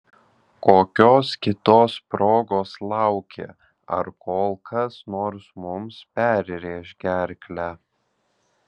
kokios kitos progos lauki ar kol kas nors mums perrėš gerklę